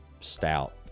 stout